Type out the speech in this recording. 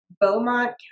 beaumont